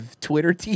Twitter